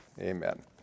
amen